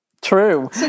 True